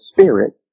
spirit